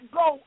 go